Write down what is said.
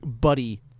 buddy